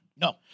No